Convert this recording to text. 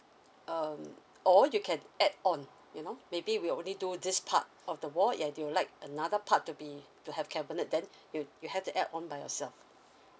um or you can add on you know maybe we only do this part of the wall yet do you like another part to be to have cabinet then you you have the add on by yourself